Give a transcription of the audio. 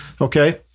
okay